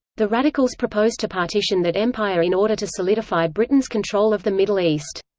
the radicals proposed to partition that empire in order to solidify britain's control of the middle east.